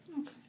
Okay